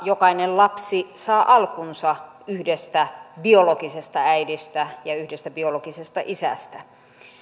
jokainen lapsi saa alkunsa yhdestä biologisesta äidistä ja yhdestä biologisesta isästä